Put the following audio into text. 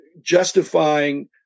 justifying